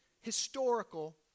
historical